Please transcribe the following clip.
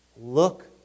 Look